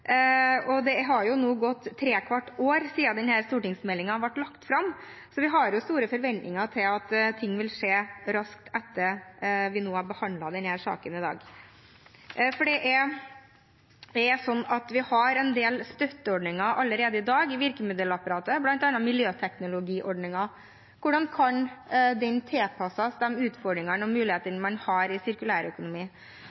med. Det har nå gått trekvart år siden denne stortingsmeldingen ble lagt fram, så vi har store forventninger til at ting vil skje raskt etter at vi har behandlet denne saken i dag. Vi har allerede i dag en del støtteordninger i virkemiddelapparatet, bl.a. miljøteknologiordningen. Hvordan kan den tilpasses de utfordringene og mulighetene